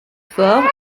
forts